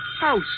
House